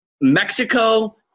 Mexico